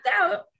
out